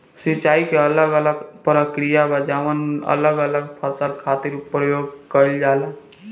सिंचाई के अलग अलग प्रक्रिया बा जवन अलग अलग फसल खातिर प्रयोग कईल जाला